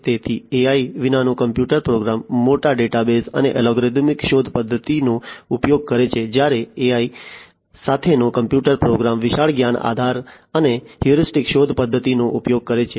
તેથી AI વિનાનો computer program મોટા ડેટાબેઝ અને અલ્ગોરિધમિક શોધ પદ્ધતિનો ઉપયોગ કરે છે જ્યારે AI સાથેનો કમ્પ્યુટર પ્રોગ્રામ વિશાળ જ્ઞાન આધાર અને હ્યુરિસ્ટિક શોધ પદ્ધતિનો ઉપયોગ કરે છે